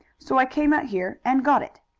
so i came out here and got it.